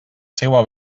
seua